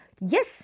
Yes